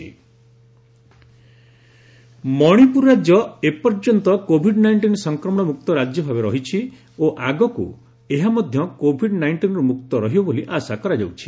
Covid nineteen Manipur Manipur ରାଜ୍ୟ ଏ ପର୍ଯ୍ୟନ୍ତ କୋଭିଡ୍ ନାଇଷ୍ଟିନ୍ ସଂକ୍ରମଣ ମୁକ୍ତ ରାଜ୍ୟ ଭାବେ ରହିଛି ଓ ଆଗକୁ ଏହା ମଧ୍ୟ କୋଭିଡ୍ ନାଇଷ୍ଟିନ୍ରୁ ମୁକ୍ତ ରହିବ ବୋଲି ଆଶା କରାଯାଉଛି